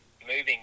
moving